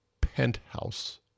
Penthouse